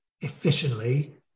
efficiently